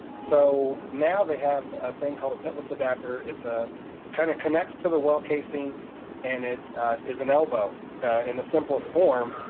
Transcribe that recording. so now they have a thing called a pitless adapter, ah it kinda connects to the well casing and it is an elbow in the simplest form,